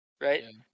Right